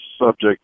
subject